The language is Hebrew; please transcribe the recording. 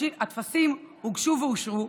הטפסים הוגשו ואושרו,